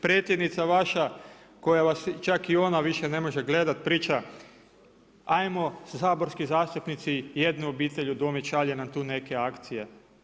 Predsjednica vaša koja vas čak i ona više ne može gledati priča, ajmo saborski zastupnici jednu obitelj udomiti, šalje nam tu neke akcije.